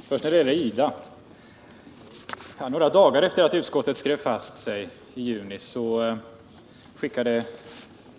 Herr talman! Först vill jag beröra IDA. Några dagar efter det att utskottet hade skrivit fast sig i juni skickade